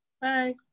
bye